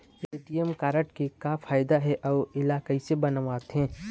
ATM card के का फायदा हे अऊ इला कैसे बनवाथे?